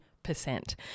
percent